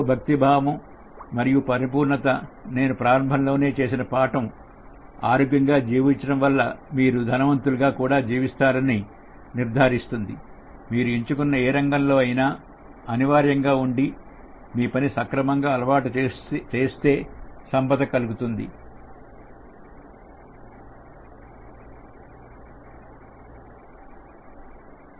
మనసులో భక్తి మరియు పరిపూర్ణత నేను ప్రారంభంలో చేసిన పాఠం ఆరోగ్యంగా జీవించడం వల్ల మీరు ధనవంతులుగా కూడా జీవిస్తారని నిర్ధారిస్తుంది మీరు ఎంచుకున్న ఏ రంగంలో అయినా అనివార్యంగా ఉండి మీ పని సక్రమంగా అమలు చేస్తే సంపద కలుగుతుంది